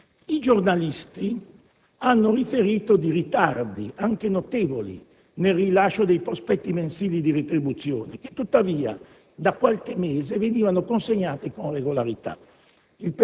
I giornalisti hanno riferito di ritardi, anche notevoli, nel rilascio dei prospetti mensili di retribuzione che, tuttavia, da qualche mese venivano consegnati con regolarità;